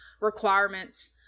requirements